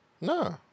no